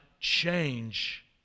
change